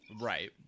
right